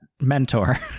mentor